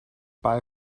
bye